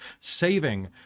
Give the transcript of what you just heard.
saving